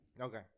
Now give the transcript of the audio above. Okay